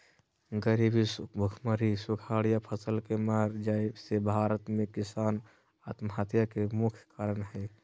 गरीबी, भुखमरी, सुखाड़ या फसल के मर जाय से भारत में किसान आत्महत्या के मुख्य कारण हय